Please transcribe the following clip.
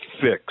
fix